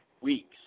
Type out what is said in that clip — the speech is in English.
weeks